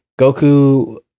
Goku